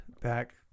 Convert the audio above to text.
back